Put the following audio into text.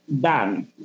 done